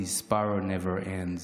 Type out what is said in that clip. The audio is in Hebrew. his power never ends.